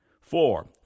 Four